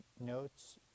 notes